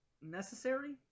necessary